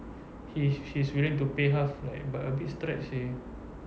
he's he's willing to pay half like but a bit stretched seh